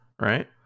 right